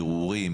בירורים,